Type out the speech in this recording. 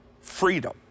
freedom